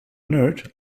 nerd